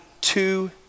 two